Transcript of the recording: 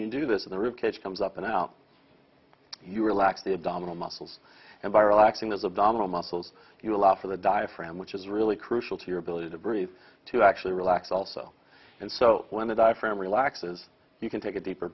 you do this in the rib cage comes up and out you relax the abdominal muscles and viral acting as abdominal muscles you allow for the diaphragm which is really crucial to your ability to breathe to actually relax also and so when the diaphragm relaxes you can take a deeper